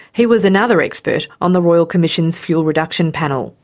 he was another expert on the royal commission's fuel reduction panel.